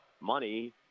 money